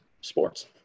sports